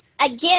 again